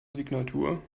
signatur